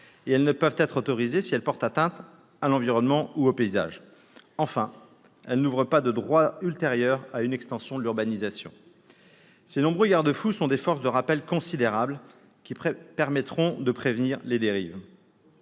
et elles ne peuvent être autorisées si elles portent atteinte à l'environnement ou aux paysages. Enfin, elles n'ouvrent pas de droit ultérieur à une extension de l'urbanisation. Ces nombreux garde-fous sont des forces de rappel considérables, qui permettront de prévenir les dérives.